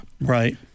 Right